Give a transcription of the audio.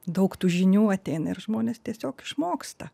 daug tų žinių ateina ir žmonės tiesiog išmoksta